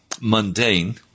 mundane